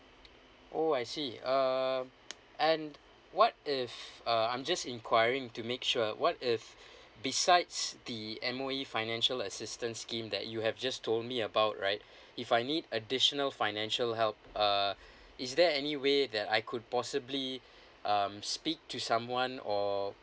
oh I see um and what if uh I'm just enquiring to make sure what if besides the M_O_E financial assistance scheme that you have just told me about right if I need additional financial help uh is there any way that I could possibly um speak to someone or